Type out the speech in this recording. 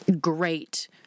great